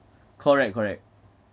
correct correct